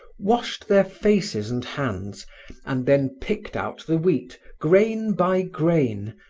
washed their faces and hands and then picked out the wheat, grain by grain,